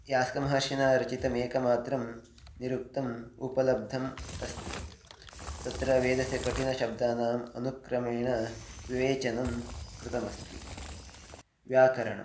यास्कमहर्षिना रचितमेकमात्रं निरुक्तम् उपलब्धम् अस्ति तत्र वेदस्य कठिनशब्दानाम् अनुक्रमेण विवेचनं कृतमस्ति व्याकरणम्